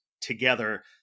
together